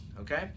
okay